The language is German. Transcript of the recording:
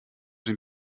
den